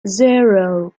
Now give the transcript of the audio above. zero